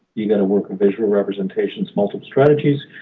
you've got to work with visual representations, multiple strategies.